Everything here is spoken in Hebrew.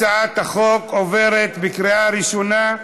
הצעת החוק עוברת בקריאה ראשונה,